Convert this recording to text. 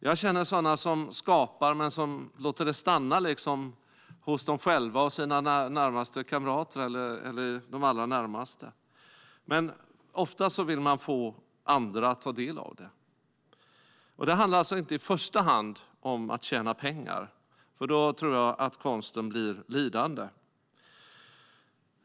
Jag känner sådana som skapar men låter det stanna hos dem själva och deras närmaste kamrater eller de allra närmaste. Men oftast vill man få andra att ta del av det. Det handlar alltså inte i första hand om att tjäna pengar. Då tror jag att konsten skulle bli lidande.